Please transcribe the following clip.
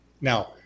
Now